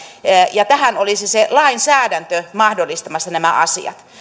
ja olisi se lainsäädäntö mahdollistamassa nämä asiat